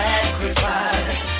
Sacrifice